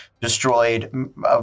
destroyed